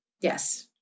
Yes